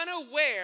unaware